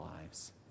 lives